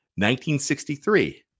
1963